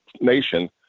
nation